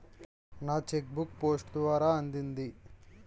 నా cheque book post ద్వారా అందింది